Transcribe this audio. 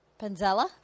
Panzella